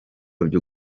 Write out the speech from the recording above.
byo